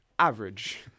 Average